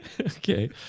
Okay